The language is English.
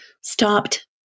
stopped